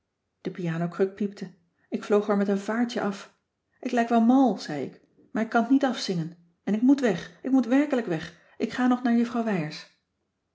de pianokruk piepte ik vloog er met een vaartje af ik lijk wel mal zei ik maar ik kan t niet afzingen en ik moet weg ik moet werkelijk weg ik ga nog naar